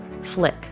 flick